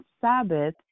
Sabbath